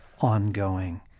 ongoing